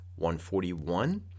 141